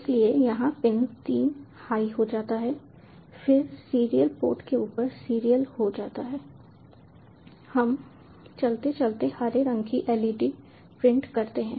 इसलिए यहाँ pin 3 high हो जाता है फिर सीरियल पोर्ट के ऊपर सीरियल हो जाता है हम चलते चलते हरे रंग की LED प्रिंट करते हैं